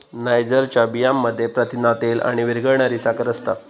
नायजरच्या बियांमध्ये प्रथिना, तेल आणि विरघळणारी साखर असता